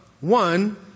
one